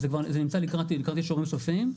זה נמצא לקראת אישורים סופיים.